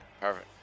Perfect